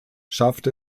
schafft